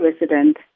resident